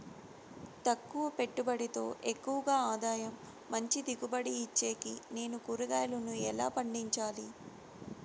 తక్కువ పెట్టుబడితో ఎక్కువగా ఆదాయం మంచి దిగుబడి ఇచ్చేకి నేను కూరగాయలను ఎలా పండించాలి?